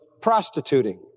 prostituting